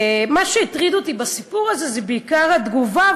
מה שהטריד אותי בסיפור הזה הוא בעיקר התגובה,